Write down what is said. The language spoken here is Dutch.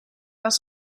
was